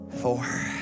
Four